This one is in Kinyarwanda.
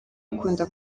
akunda